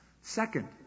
Second